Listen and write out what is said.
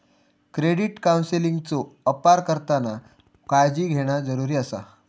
credit काउन्सेलिंगचो अपार करताना काळजी घेणा जरुरी आसा